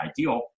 ideal